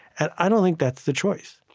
and i don't think that's the choice.